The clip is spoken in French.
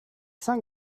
cinq